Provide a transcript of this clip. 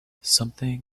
something